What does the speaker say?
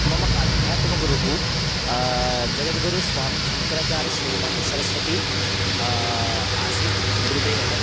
मम अध्यात्मगुरुः जगद्गुरुः स्वामी शङ्कराचार्यस्वरूपाननसरस्वती आसीत् गुरुदेवः